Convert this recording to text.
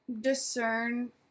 discern